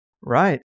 Right